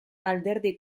alderdi